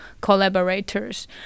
collaborators